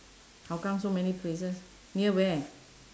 hougang so many places near where